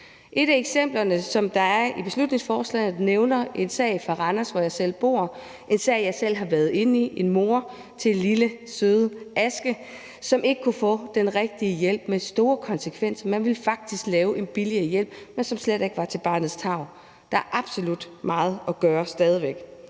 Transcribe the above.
et af eksemplerne fra beslutningsforslaget omtales en sag fra Randers, hvor jeg selv bor. Det er en sag, jeg selv har været inde over. Den handler om en mor til en dreng, lille søde Aske, som ikke kunne få den rigtige hjælp, hvilket havde store konsekvenser. Man ville faktisk lave en billigere hjælp, som slet ikke tog hensyn til barnets tarv. Der er absolut meget at gøre stadig væk.